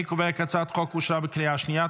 אני קובע כי הצעת החוק אושרה בקריאה שנייה.